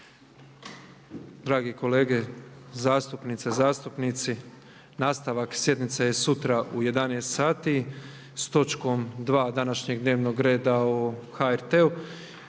Dragi kolege zastupnice i zastupnici nastavak sjednice je sutra u 11 sati s točkom dva današnjeg dnevnog reda o HRT-u.